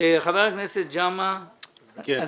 חבר הכנסת ג'מעה אזברגה.